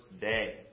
day